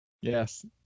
Yes